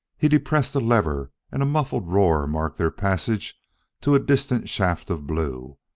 he depressed a lever, and a muffled roar marked their passage to a distant shaft of blue,